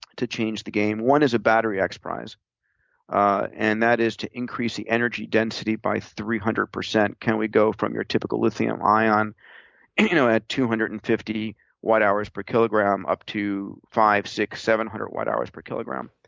to change the game. one is a battery xprize, and that is to increase the energy density by three hundred percent. can we go from your typical lithium ion and you know at two hundred and fifty watt-hours per kilogram up to five hundred, six hundred, seven hundred watt-hours per kilogram?